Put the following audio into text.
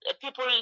people